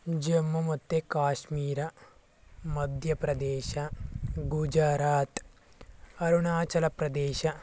ಜಮ್ಮು ಮತ್ತು ಕಾಶ್ಮೀರ ಮಧ್ಯ ಪ್ರದೇಶ ಗುಜರಾತ್ ಅರುಣಾಚಲ ಪ್ರದೇಶ